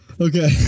Okay